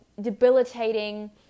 debilitating